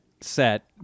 set